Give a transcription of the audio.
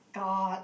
god